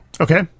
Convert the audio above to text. Okay